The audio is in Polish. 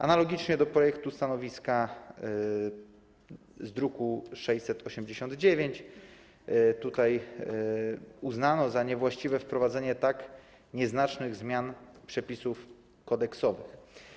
Analogicznie do projektu z druku nr 689 tutaj uznano za niewłaściwe wprowadzenie tak nieznacznych zmian przepisów kodeksowych.